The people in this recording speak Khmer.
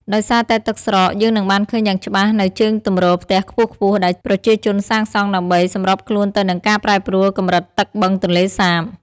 ដោយសារតែទឹកស្រក យើងនឹងបានឃើញយ៉ាងច្បាស់នូវជើងទម្រផ្ទះខ្ពស់ៗ ដែលប្រជាជនសាងសង់ដើម្បីសម្របខ្លួនទៅនឹងការប្រែប្រួលកម្រិតទឹកបឹងទន្លេសាប។